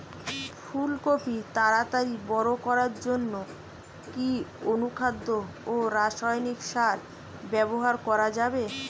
ফুল কপি তাড়াতাড়ি বড় করার জন্য কি অনুখাদ্য ও রাসায়নিক সার ব্যবহার করা যাবে?